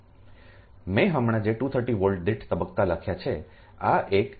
મેં હમણાં જ 230 વોલ્ટ દીઠ તબક્કા લખ્યા છે